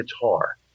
guitar